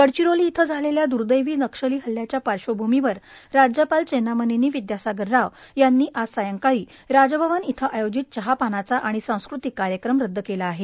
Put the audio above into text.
गडचिरोली इथं झालेल्या द्र्देवी नक्षली हल्ल्याच्या पार्श्वभूमीवर राज्यपाल चेन्नामनेनी विद्यासागर राव यांनी आज संध्याकाळी राजभवन इथं आयोजित चहापानाचा आणि सांस्कृतिक कार्यक्रम रद्द केला आहे